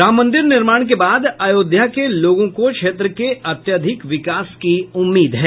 राम मंदिर निर्माण के बाद आयोध्या के लोगों को क्षेत्र के अत्यधिक विकास की उम्मीद है